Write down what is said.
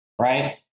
right